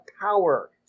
power